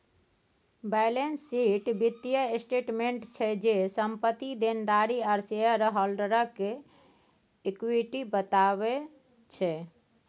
balance sheet बित्तीय statement छै जे, संपत्ति, देनदारी आ शेयर हॉल्डरक इक्विटी बताबै छै